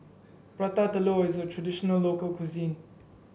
Prata Telur is a traditional local cuisine